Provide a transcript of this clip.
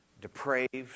Depraved